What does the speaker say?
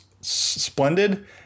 splendid